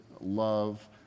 love